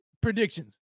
predictions